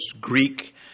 Greek